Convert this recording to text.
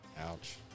Ouch